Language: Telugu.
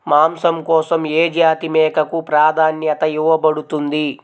మాంసం కోసం ఏ జాతి మేకకు ప్రాధాన్యత ఇవ్వబడుతుంది?